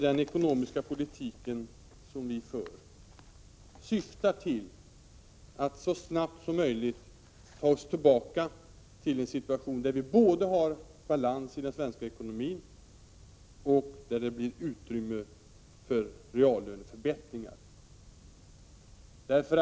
Den ekonomiska politik vi för syftar till, Lars-Ove Hagberg, att så snabbt som möjligt ta oss tillbaka till en situation där vi både har balans i den svenska ekonomin och utrymme för reallöneförbättringar.